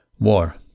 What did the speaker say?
war